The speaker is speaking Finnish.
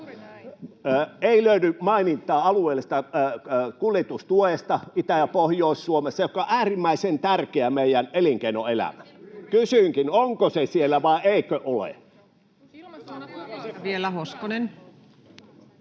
Ei löydy mainintaa alueellisesta kuljetustuesta Itä- ja Pohjois-Suomessa, joka on äärimmäisen tärkeää meidän elinkeinoelämälle. Kysynkin: onko se siellä vai eikö ole?